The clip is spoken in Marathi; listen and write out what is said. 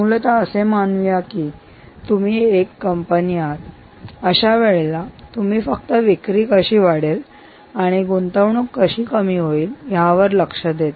मूलतः असे मानूया की तुम्ही एक कंपनी आहात अशा वेळेला तुम्ही फक्त विक्री कशी वाढेल आणि गुंतवणूक कशी कमी होईल यावर लक्ष देता